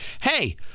hey